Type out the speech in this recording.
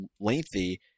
lengthy